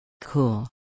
Cool